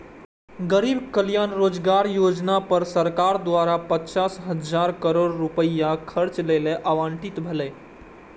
गरीब कल्याण रोजगार योजना पर सरकार द्वारा पचास हजार करोड़ रुपैया खर्च लेल आवंटित भेलै